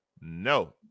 No